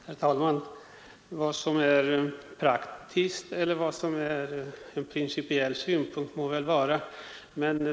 Herr talman! Vad som är praktisk tillämpning och vad som är principiell synpunkt kan vi väl lämna därhän.